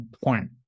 point